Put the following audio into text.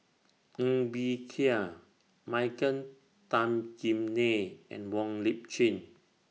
Ng Bee Kia Michael Tan Kim Nei and Wong Lip Chin